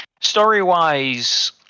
Story-wise